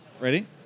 Ready